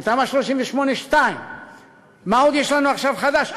ותמ"א 38/2. מה עוד יש לנו עכשיו חדש?